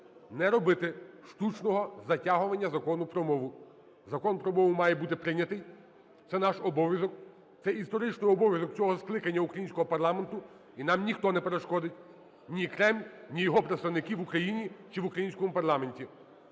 не робити штучного затягування Закону про мову. Закон про мову має бути прийнятий, це наш обов'язок, це історичний обов'язок цього скликання українського парламенту. І нам ніхто не перешкодить: ні Кремль, ні його представники в Україні чи в українському парламенті.